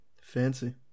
fancy